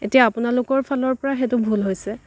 এতিয়া আপোনালোকৰ ফালৰ পৰা সেইটো ভূল হৈছে